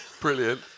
brilliant